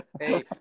Hey